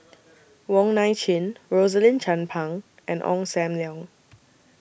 Wong Nai Chin Rosaline Chan Pang and Ong SAM Leong